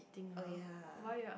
oh ya